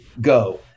go